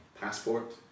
passport